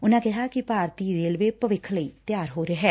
ਉਨੂਾ ਕਿਹਾ ਕਿ ਭਾਤੀ ਰੇਲਵੇ ਭਵਿੱਖ ਲਈ ਤਿਆਰ ਹੋ ਰਿਹੈ